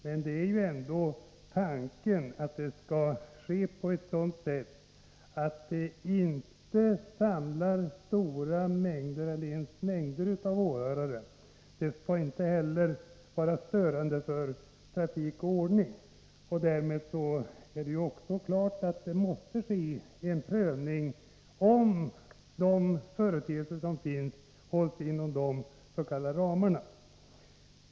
Men tanken är ändå att framförandet skall ske på ett sådant sätt att det inte samlar mängder av åhörare. Det skall inte heller vara störande för trafik och ordning. Därmed är det också klart att det måste ske en prövning av huruvida de företeelser som finns hålls inom de givna ramarna.